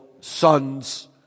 sons